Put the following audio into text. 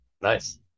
Nice